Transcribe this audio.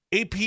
AP